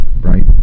right